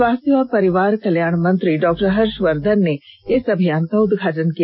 स्वास्थ्य और परिवार कल्याण मंत्री डॉ हर्षवर्धन ने इस अभियान का उद्घाटन किया